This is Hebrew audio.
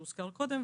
שהוזכר קודם,